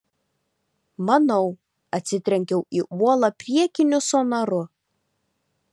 manau atsitrenkiau į uolą priekiniu sonaru